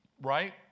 right